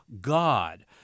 God